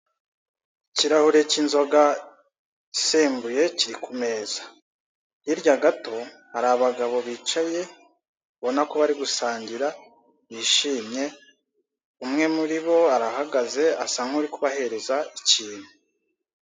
Ikirahure cy'inzoga isembuye kiri ku meza, hirya gato hari abagabo bicaye, ubona ko bari gusangira bishimye umwe muribo arahagaze bisa n'aho ari kubahereza ikintu.